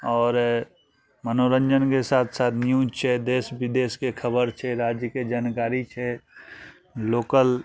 आओर मनोरञ्जनके साथ साथ न्यूज छै देश विदेशके खबर छै राज्यके जानकारी छै लोकल